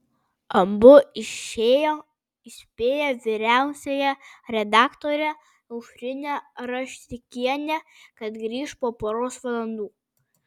abu išėjo įspėję vyriausiąją redaktorę aušrinę raštikienę kad grįš po poros valandų